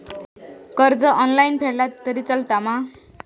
कर्ज ऑनलाइन फेडला तरी चलता मा?